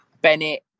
Bennett